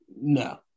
no